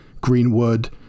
Greenwood